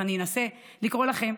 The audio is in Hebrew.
אז אני אנסה לקרוא לכם,